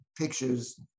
pictures